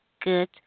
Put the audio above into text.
good